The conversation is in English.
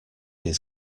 his